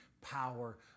power